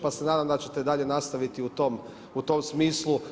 Pa se nadam da ćete dalje nastaviti u tom smislu.